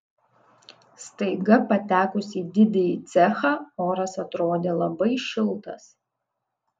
staiga patekus į didįjį cechą oras atrodė labai šiltas